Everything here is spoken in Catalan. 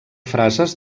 frases